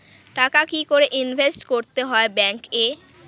টাকা কি করে ইনভেস্ট করতে হয় ব্যাংক এ?